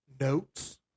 Notes